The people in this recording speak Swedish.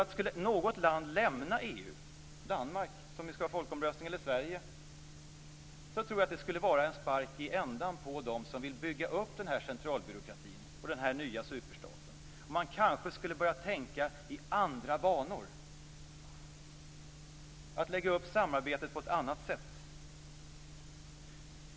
Om något land skulle lämna EU - Danmark, som ju skall ha folkomröstning, eller Sverige - tror jag att det skulle vara en spark i ändan på dem som vill bygga upp den här centralbyråkratin och den här nya superstaten. Man kanske skulle börja tänka i andra banor, lägga upp samarbetet på ett annat sätt.